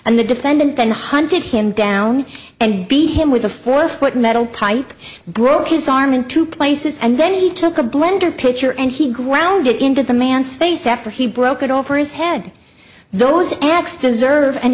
and the defendant then hunted him down and beat him with a four foot metal pipe broke his arm in two places and then he took a blender picture and he ground it into the man's face after he broke it over his head those acts deserve an